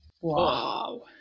Wow